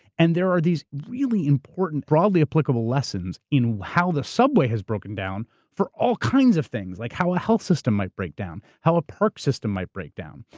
and there are these really important, broadly applicable lessons in how the subway has broken down for all kinds of things, like how a healthcare system might break down, how a park system might break down,